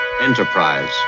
Enterprise